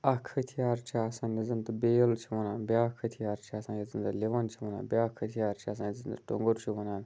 اَکھ ۂتھیار چھِ آسان یَتھ زَن تہِ بیل چھِ وَنان بیٛاکھ ۂتھیار چھِ آسان یَتھ زَن أسۍ لِوَن چھِ وَنان بیٛاکھ ۂتھیار چھِ آسان یَتھ زَن أسۍ ٹوٚنٛگُر چھِ وَنان